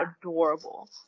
adorable